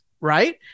right